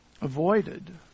avoided